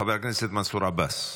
חבר הכנסת מנסור עבאס,